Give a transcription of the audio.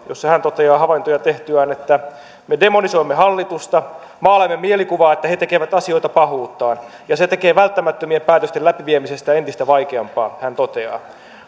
jossa hän toteaa havaintoja tehtyään me demonisoimme hallitusta maalaamme mielikuvaa että he tekevät asioita pahuuttaan se tekee välttämättömien päätösten läpiviemisestä entistä vaikeampaa hän toteaa